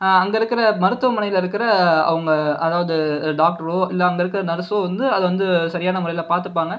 அங்கே இருக்கிற மருத்துவமனையில இருக்கிற அவங்க அதாவது டாக்டரோ இல்லை அங்கே இருக்க நர்ஸோ வந்து அதை வந்து சரியான முறையில் பார்த்துப்பாங்க